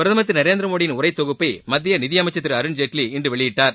பிரதமர் திரு நரேந்திரமோடியின் உரை தொகுப்பை மத்திய நிதியமைச்சர் திரு அருண்ஜேட்லி இன்று வெளியிட்டார்